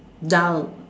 dull